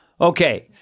okay